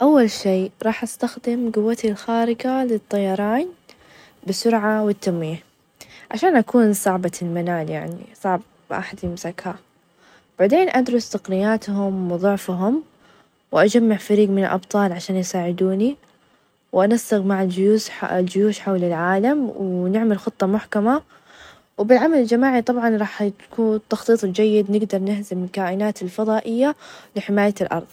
أول شي راح استخدم قوتي الخارقة للطيران بسرعة، والتمويه عشان أكون صعبة المنال يعني صعب أحد يمسكها، بعدين أدرس تقنياتهم ،وظعفهم، وأجمع فريق من الأبطال عشان يساعدوني، وأنسق مع -الجيوس- الجيوش حول العالم، ونعمل خطة محكمة وبالعمل الجماعي طبعًا -راح يكو- والتخطيط الجيد نقدر نهزم الكائنات الفظائية لحماية الأرظ.